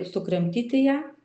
ir sukramtyti ją